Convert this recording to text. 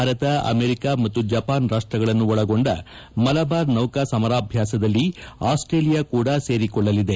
Bharat America ಮತ್ತು Japan ರಾಷ್ಷಗಳನ್ನು ಒಳಗೊಂಡ ಮಲಬಾರ್ ನೌಕಾ ಸಮರಾಭ್ಞಾಸದಲ್ಲಿ ಆಸ್ಸೇಲಿಯಾ ಕೂಡ ಸೇರಿಕೊಳ್ಳಲಿದೆ